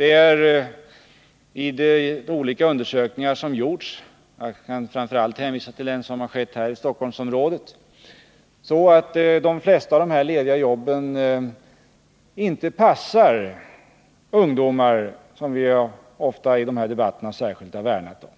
Enligt de undersökningar som har gjorts — jag kan framför allt hänvisa till en som avser Stockholmsområdet — är det så, att de flesta av de här lediga jobben inte passar de ungdomar som vi ofta i de här debatterna har värnat om.